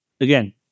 again